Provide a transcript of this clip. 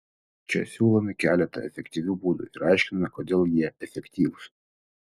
čia siūlome keletą efektyvių būdų ir aiškiname kodėl jie efektyvūs